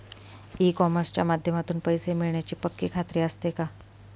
E कॉमर्सच्या माध्यमातून पैसे मिळण्याची पक्की खात्री असते का?